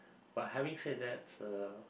but having said that uh